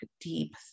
deep